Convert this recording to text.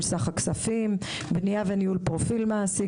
סך הכספים; בנייה וניהול של פרופיל מעסיק,